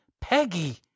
Peggy